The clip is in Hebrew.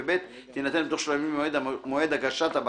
ו-(ב) תינתן בתוך 30 ימים ממועד הגשת הבקשה."